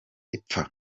ipfa